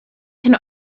can